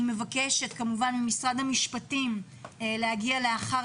אני מבקשת ממשרד המשפטים להגיע לאחר